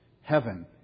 Heaven